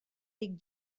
dic